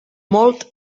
molt